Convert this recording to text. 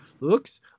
Looks